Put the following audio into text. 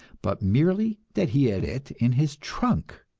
but merely that he had it in his trunk!